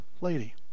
lady